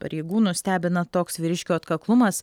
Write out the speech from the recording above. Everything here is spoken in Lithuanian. pareigūnus stebina toks vyriškio atkaklumas